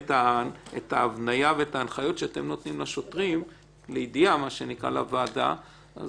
את ההבניה ואת ההנחיות שאתם נותנים לשוטרים לוועדה אז